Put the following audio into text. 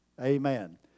Amen